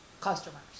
customers